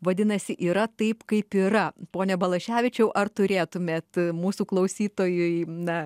vadinasi yra taip kaip yra pone balaševičiau ar turėtumėt mūsų klausytojui na